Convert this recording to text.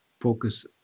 focus